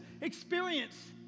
experience